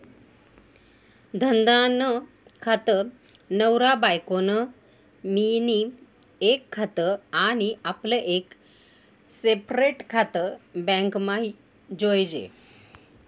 धंदा नं खातं, नवरा बायको नं मियीन एक खातं आनी आपलं एक सेपरेट खातं बॅकमा जोयजे